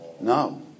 no